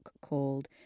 called